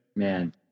Man